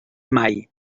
mai